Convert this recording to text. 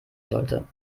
sollte